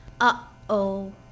Uh-oh